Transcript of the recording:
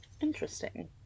Interesting